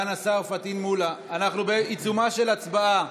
אנחנו בעיצומה של הצבעה.